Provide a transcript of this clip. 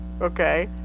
Okay